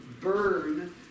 burn